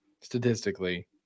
statistically